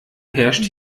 herrscht